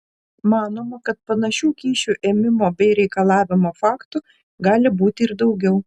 manoma kad panašių kyšių ėmimo bei reikalavimo faktų gali būti ir daugiau